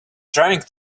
trying